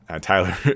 Tyler